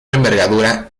envergadura